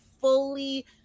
fully